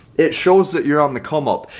it shows that you're on the come up,